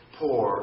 poor